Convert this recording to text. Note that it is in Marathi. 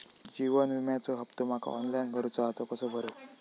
जीवन विम्याचो हफ्तो माका ऑनलाइन भरूचो हा तो कसो भरू?